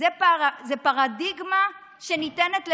זאת פרדיגמה שניתנת לשינוי,